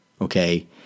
okay